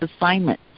assignment